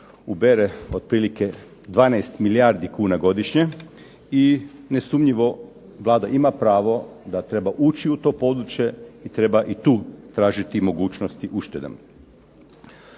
ubere otprilike 12 milijardi kuna godišnje. I nesumnjivo Vlada ima pravo da treba ući u to područje i treba i tu tražiti mogućnosti uštede.